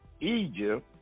Egypt